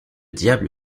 diable